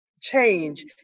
Change